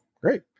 Great